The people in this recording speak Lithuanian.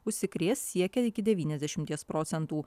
užsikrės siekia iki devyniasdešimies procentų